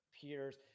peers